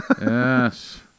Yes